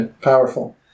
Powerful